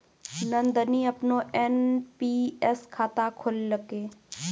नंदनी अपनो एन.पी.एस खाता खोललकै